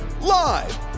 live